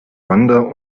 wander